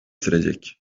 sürecek